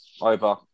Over